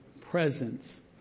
presence